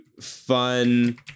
fun